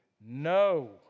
no